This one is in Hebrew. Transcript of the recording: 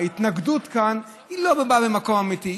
ההתנגדות כאן לא באה ממקום אמיתי,